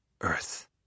Earth